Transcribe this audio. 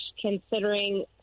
considering